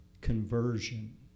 conversion